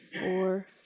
four